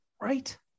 Right